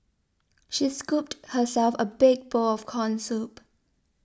she scooped herself a big bowl of Corn Soup